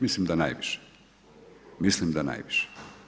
Mislim da najviše, mislim da najviše.